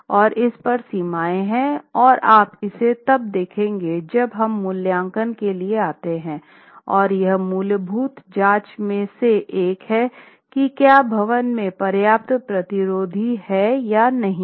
और इस पर सीमाएं हैं और आप इसे तब देखेंगे जब हम मूल्यांकन के लिए आते हैं और यह मूलभूत जाँच में से एक है कि क्या भवन में पर्याप्त प्रतिरोध है या नहीं है